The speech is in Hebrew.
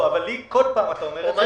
אבל לי כל פעם אתה אומר את זה.